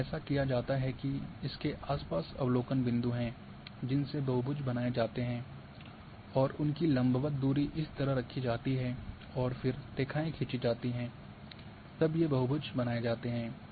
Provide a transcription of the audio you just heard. तो ऐसा किया जाता है कि इसके आस पास अवलोकन बिंदु हैं जिनसे बहुभुज बनाए जाते हैं और उनकी लंबवत दूरी इस तरह रखी जाती है और फिर रेखाएँ खींची जाती हैं तब ये बहुभुज बनाए जाते हैं